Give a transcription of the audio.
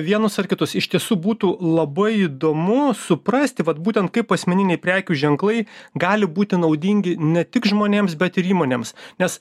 vienus ar kitus iš tiesų būtų labai įdomu suprasti vat būtent kaip asmeniniai prekių ženklai gali būti naudingi ne tik žmonėms bet ir įmonėms nes